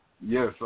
Yes